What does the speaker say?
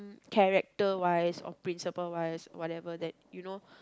character wise or principle wise whatever that you know